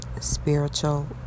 spiritual